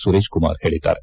ಸುರೇಶಕುಮಾರ್ ಹೇಳಿದ್ದಾರೆ